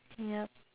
yup